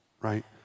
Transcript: right